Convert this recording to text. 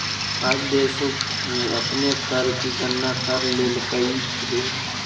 का देशों ने अपने कर की गणना कर लेलकइ हे